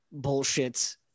bullshits